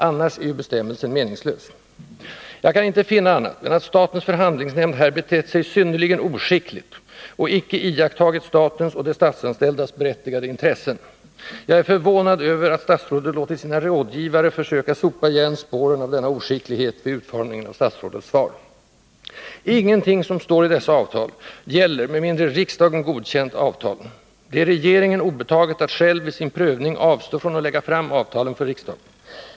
Annars är ju bestämmelsen meningslös. Jag kan inte finna annat än att statens förhandlingsnämnd här betett sig synnerligen oskickligt och icke iakttagit statens och de statsanställdas berättigade intressen. Jag är förvånad över att statsrådet låtit sina rådgivare försöka sopa igen spåren av denna oskicklighet vid utformningen av statsrådets svar. Ingenting som står i dessa avtal gäller med mindre riksdagen godkänt avtalen. Det är regeringen obetaget att själv vid sin prövning avstå från att lägga fram avtalen för riksdagen.